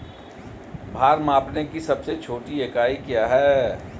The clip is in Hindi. भार मापने की सबसे छोटी इकाई क्या है?